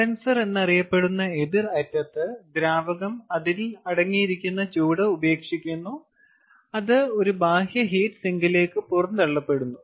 condenser എന്നറിയപ്പെടുന്ന എതിർ അറ്റത്ത് ദ്രാവകം അതിന്റെ അടങ്ങിയിരിക്കുന്ന ചൂട് ഉപേക്ഷിക്കുന്നു അത് ഒരു ബാഹ്യ ഹീറ്റ് സിങ്കിലേക്ക് പുറന്തള്ളപ്പെടുന്നു